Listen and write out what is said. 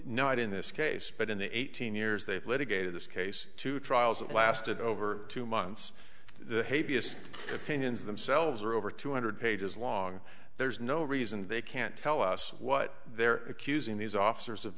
not in this case but in the eighteen years they've litigated this case two trials that lasted over two months the hey b s opinions of themselves are over two hundred pages long there's no reason they can't tell us what they're accusing these officers of